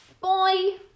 Bye